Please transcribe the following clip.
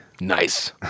Nice